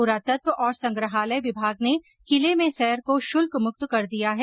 पुरातत्व और संग्रहालय विभाग ने किले में सैर को शुल्क मुक्त कर दिया है